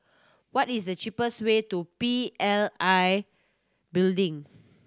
what is the cheapest way to P L I Building